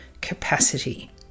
capacity